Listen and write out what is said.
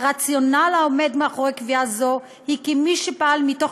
הרציונל העומד מאחורי קביעה זו הוא כי מי שפעל מתוך